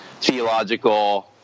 theological